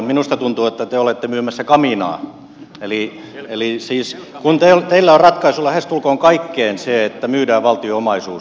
minusta tuntuu että te olette myymässä kamiinaa kun teillä on ratkaisu lähestulkoon kaikkeen se että myydään valtion omaisuus